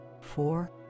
four